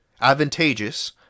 advantageous